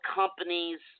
companies